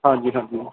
ਹਾਂਜੀ ਹਾਂਜੀ